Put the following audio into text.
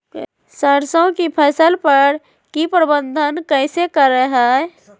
सरसों की फसल पर की प्रबंधन कैसे करें हैय?